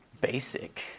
basic